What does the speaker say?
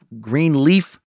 Greenleaf